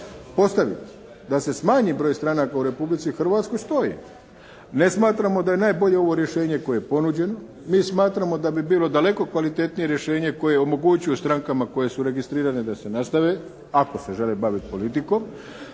da se smanji broj stranaka u Republici Hrvatskoj stoji. Ne smatramo da je najbolje ovo rješenje koje je ponuđeno. Mi smatramo da bi bilo daleko kvalitetnije rješenje koje omogućuje strankama koje su registrirane da se nastave ako se žele baviti politikom.